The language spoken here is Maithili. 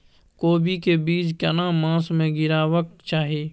कोबी के बीज केना मास में गीरावक चाही?